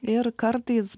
ir kartais